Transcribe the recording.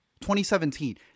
2017